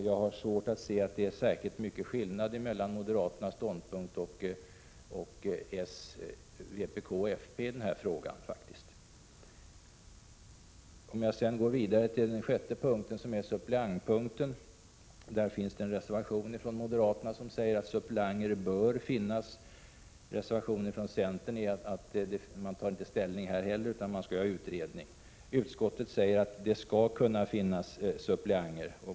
Jag har svårt att se någon stor skillnad mellan moderaternas ståndpunkt och socialdemokraternas, vpk:s och folkpartiets ståndpunkt. Beträffande punkt 6, suppleanter i högskolestyrelse, finns en reservation från moderaterna, som anser att suppleanter bör finnas. Reservationen från centern innebär att man inte heller på denna punkt tar ställning utan föreslår en utredning. Utskottet uttalar att det skall finnas suppleanter.